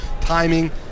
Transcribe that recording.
Timing